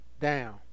down